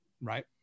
right